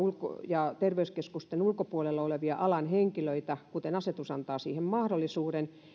ja terveyskeskusten ulkopuolella olevia alan henkilöitä kuten asetus antaa siihen mahdollisuuden